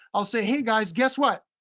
i'll say, hey, guys, guess what?